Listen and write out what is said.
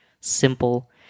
simple